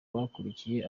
bakurikiye